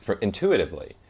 intuitively